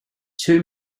two